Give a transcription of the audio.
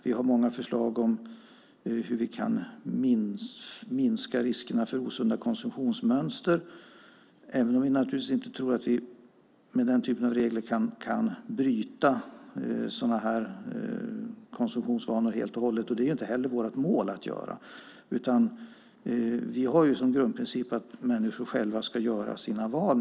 Vi har många förslag om hur vi kan minska riskerna för osunda konsumtionsmönster, även om vi naturligtvis inte tror att vi med den typen av regler kan bryta sådana konsumtionsvanor helt och hållet. Det är inte heller vårt mål att göra det. Vi har som grundprincip att människor själva ska göra sina val.